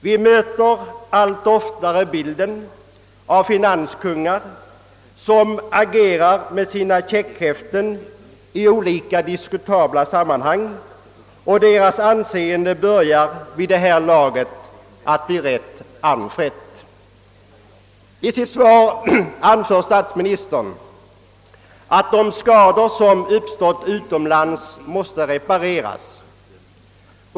Vi möter allt oftare bilden av finanskungar som agerar med sina checkhäften i olika diskutabla sammanhang, och deras anseende börjar vid det här laget att bli rätt anfrätt. I sitt svar anför statsministern att de skador som uppstått utomlands måste repareras.